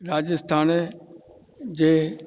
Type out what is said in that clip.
Rajasthan जे